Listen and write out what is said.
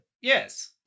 Yes